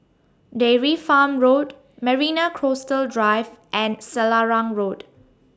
Dairy Farm Road Marina Coastal Drive and Selarang Road